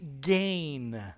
gain